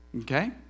Okay